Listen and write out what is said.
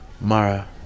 Mara